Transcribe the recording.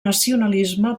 nacionalisme